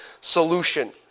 solution